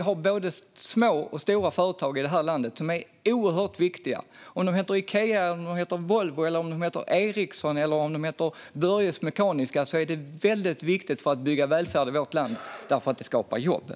Vi tror att både små och stora företag i det här landet är oerhört viktiga, oavsett om de heter Ikea, Volvo, Ericsson eller Börjes Mekaniska. De är oerhört viktiga för att bygga välfärd i vårt land, för de skapar jobb.